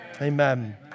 Amen